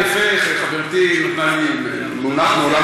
יפה שחברתי נתנה לי מונח מעולם